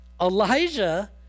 Elijah